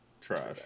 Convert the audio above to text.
Trash